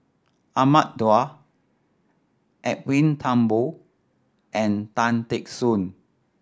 Ahmad Daud Edwin Thumboo and Tan Teck Soon